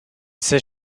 says